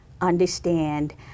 understand